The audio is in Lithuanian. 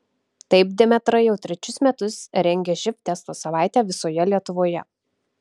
taip demetra jau trečius metus rengia živ testo savaitę visoje lietuvoje